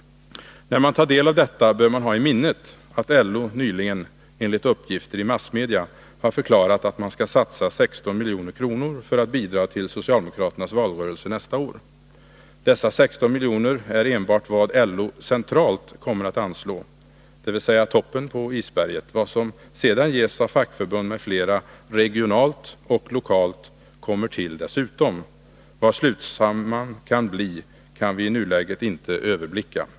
När man tar del av detta bör man ha i minnet att LO nyligen — enligt uppgifter i massmedia — har förklarat att man skall satsa 16 milj.kr. för att bidra till socialdemokraternas valrörelse nästa år. Dessa 16 miljoner är vad enbart LO centralt kommer att anslå, dvs. toppen på isberget. Vad som sedan ges av fackförbund m.fl. regionalt och lokalt kommer till dessutom. Vad slutsumman kan bli kan vi i nuläget inte överblicka.